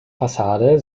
fassade